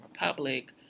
Republic